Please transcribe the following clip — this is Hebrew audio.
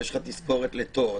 יש לך תזכורת לתור.